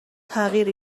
تغییر